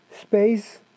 space